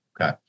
Okay